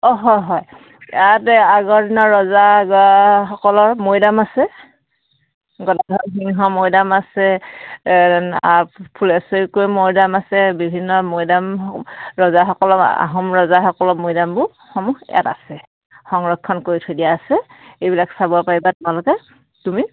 অঁ হয় হয় ইয়াত আগৰ দিনৰ ৰজাসকলৰ মৈদাম আছে গদাধৰ সিংহৰ মৈদাম আছে ফুলেশ্বৰী কুঁৱৰী মৈদাম আছে বিভিন্ন মৈদাম ৰজাসকলৰ আহোম ৰজাসকলৰ মৈদামবোৰ সমূহ ইয়াত আছে সংৰক্ষণ কৰি থৈ দিয়া আছে এইবিলাক চাব পাৰিবা তোমালোকে তুমি